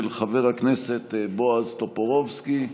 של חבר הכנסת בועז טופורובסקי.